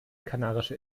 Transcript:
kanarische